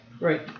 Right